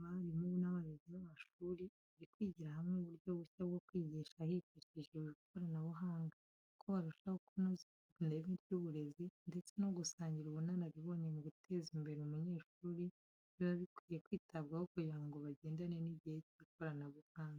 abarimu n’abayobozi b’amashuri bari kwigira hamwe uburyo bushya bwo kwigisha hifashishijwe ikoranabuhanga, uko barushaho kunoza ireme ry’uburezi, ndetse no gusangira ubunararibonye mu guteza imbere umunyeshuri biba bikwiye kwitabwaho kugira ngo bagendane n'igihe cy'ikoranabuhanga.